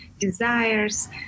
desires